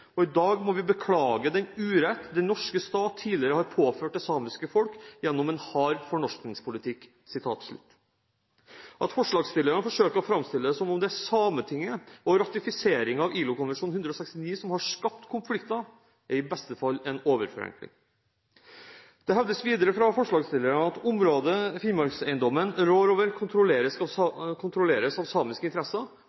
historie. I dag må vi beklage den urett den norske stat tidligere har påført det samiske folk gjennom en hard fornorskningspolitikk.» At forslagsstillerne forsøker å framstille det som om det er Sametinget og ratifiseringen av ILO-konvensjon nr. 169 som har skapt konflikter, er i beste fall en overforenkling. Det hevdes videre fra forslagsstillerne at området Finnmarkseiendommen rår over, kontrolleres av